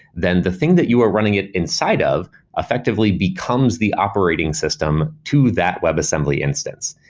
then the thing that you are running it inside of effectively becomes the operating system to that web assembly instance.